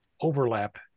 overlap